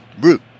root